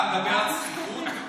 אתה מדבר על זחיחות,